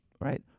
right